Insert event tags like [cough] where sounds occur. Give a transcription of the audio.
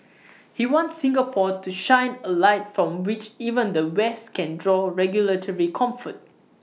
[noise] he wants Singapore to shine A light from which even the west can draw regulatory comfort